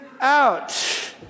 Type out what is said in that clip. out